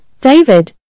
David